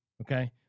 Okay